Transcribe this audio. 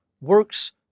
works